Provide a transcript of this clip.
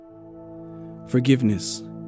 Forgiveness